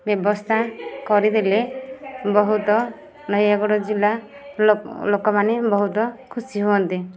ବ୍ୟବସ୍ଥା କରିଦେଲେ ବହୁତ ନୟାଗଡ଼ ଜିଲ୍ଲା ଲୋକମାନେ ବହୁତ ଖୁସି ହୁଅନ୍ତେ